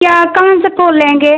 क्या कौन सा फूल लेंगे